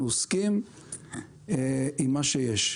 אנחנו עוסקים עם מה שיש.